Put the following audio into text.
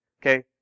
okay